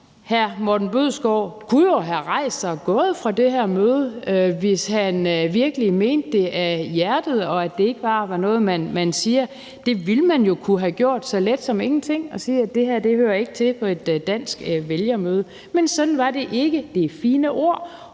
Erhvervsministeren kunne jo have rejst sig og gået fra det her møde, hvis han virkelig mente det af hjertet, og hvis det ikke bare var noget, man siger. Det ville man jo have kunnet gjort så let som ingenting og have sagt, at det her ikke hører til på et dansk vælgermøde. Men sådan var det ikke. Det er